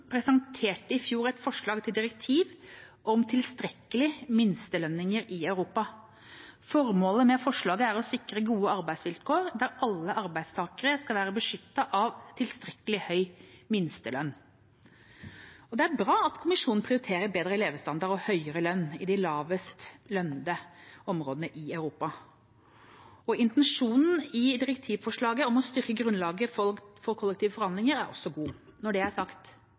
presenterte i fjor et forslag til direktiv om tilstrekkelige minstelønninger i Europa. Formålet med forslaget er å sikre gode arbeidsvilkår der alle arbeidstakere skal være beskyttet av en tilstrekkelig høy minstelønn. Det er bra at Kommisjonen prioriterer bedre levestandard og høyere lønn til de lavest lønnede i Europa. Intensjonen i direktivforslaget om å styrke grunnlaget for kollektive forhandlinger er god. Når det er sagt: